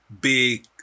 big